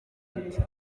ati